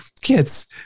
kids